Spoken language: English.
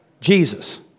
Jesus